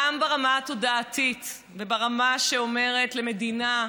גם ברמה התודעתית וברמה שאומרת למדינה: